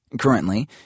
Currently